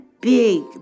big